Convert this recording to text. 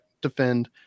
defend